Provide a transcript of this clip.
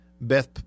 Beth